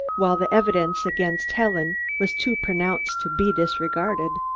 while the evidence against helen was too pronounced to be disregarded.